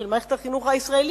של מערכת החינוך הישראלית,